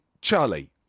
Charlie